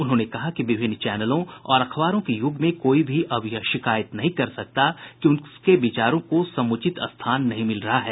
उन्होंने कहा कि विभिन्न चैनलों और अखबारों के युग में कोई भी अब यह शिकायत नहीं कर सकता कि उसके विचारों को समुचित स्थान नहीं मिल रहा है